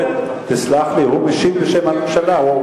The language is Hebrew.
תסלח לי, הוא משיב בשם הממשלה.